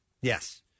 Yes